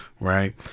right